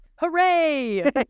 Hooray